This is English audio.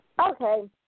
Okay